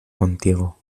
contigo